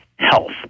health